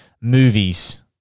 movies